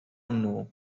know